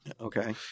Okay